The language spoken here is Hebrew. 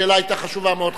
השאלה היתה חשובה מאוד,